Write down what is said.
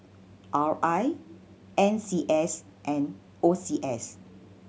R I N C S and O C S